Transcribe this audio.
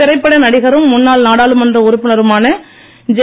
திரைப்பட நடிகரும் ழன்னாள் நாடாளுமன்ற உறுப்பினருமான ஜே